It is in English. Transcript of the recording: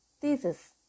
thesis